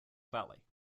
valley